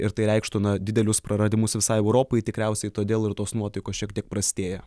ir tai reikštų na didelius praradimus visai europai tikriausiai todėl ir tos nuotaikos šiek tiek prastėja